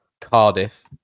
Cardiff